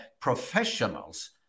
professionals